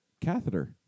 catheter